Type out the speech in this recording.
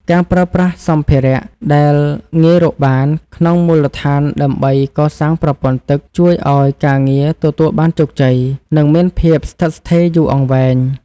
ការប្រើប្រាស់សម្ភារៈដែលងាយរកបានក្នុងមូលដ្ឋានដើម្បីកសាងប្រព័ន្ធទឹកជួយឱ្យការងារទទួលបានជោគជ័យ និងមានភាពស្ថិតស្ថេរយូរអង្វែង។